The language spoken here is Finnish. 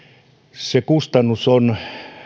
se kustannus on